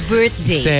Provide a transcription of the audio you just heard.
Birthday